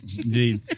Indeed